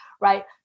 right